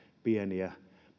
pienien